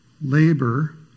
labor